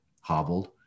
hobbled